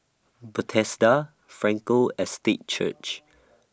Bethesda Frankel Estate Church